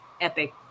epic